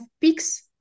peaks